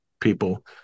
people